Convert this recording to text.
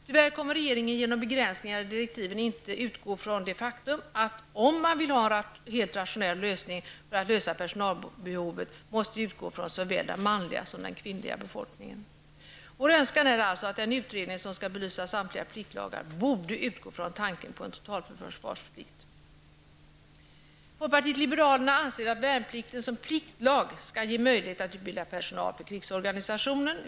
Tyvärr kommer inte regeringen genom begränsningar i direktiven att utgå från det faktum att man om man vill ha en helt rationell lösning för att lösa personalbehovet, måste utgå från såväl den manliga som den kvinnliga befolkningen. Vår önskan är alltså att den utredning, som skall belysa samtliga pliktlagar borde utgå från tanken på en totalförsvarsplikt. Folkpartiet liberalerna anser att värnplikten som pliktlag skall ge möjlighet att utbilda personal för krigsorganisationen.